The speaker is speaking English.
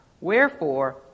Wherefore